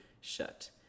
shut